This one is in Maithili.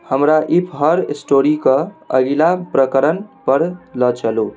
हमरा इफ हर स्टोरीके अगिला प्रकरणपर लऽ चलू